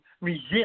resist